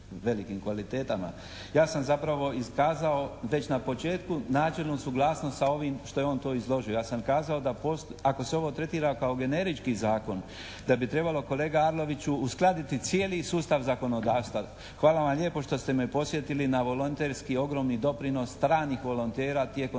Ja sam zapravo iskazao već na početku načelnu suglasnost sa ovim što je to izložio. Ja sam kazao da postoji, ako se ovo tretira kao generički zakon da bi trebalo, kolega Arloviću, uskladiti cijeli sustav zakonodavstva. Hvala vam lijepo što ste me podsjetili na volonterski ogromni doprinos stranih volontera tijekom